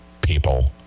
people